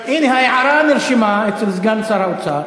סגן השר,